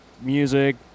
music